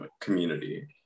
community